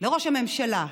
לראש הממשלה,